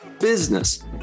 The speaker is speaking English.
business